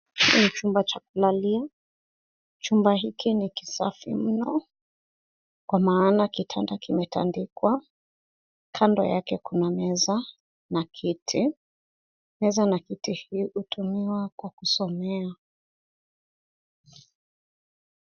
Ndani ya chumba cha kulalia. Chumba hiki ni kisafi mno, kwa maana kitanda kimetandikwa. Kando yake kuna meza na kiti. Meza na kiti hii hutumiwa kwa kusomea.